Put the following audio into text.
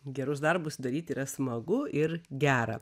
gerus darbus daryti yra smagu ir gera